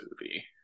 movie